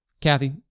Kathy